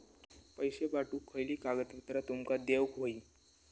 पैशे पाठवुक खयली कागदपत्रा तुमका देऊक व्हयी?